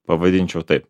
pavadinčiau taip